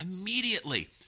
immediately